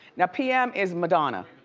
now pm is madonna.